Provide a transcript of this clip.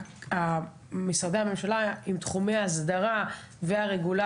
כי משרדי הממשלה עם תחומי האסדרה והרגולציה